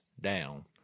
down